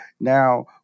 Now